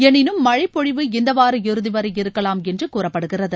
எனினும் மழை பொழிவு இந்த வார இறுதி வரை இருக்கலாம் என்று கூறப்படுகிறது